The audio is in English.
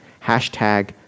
Hashtag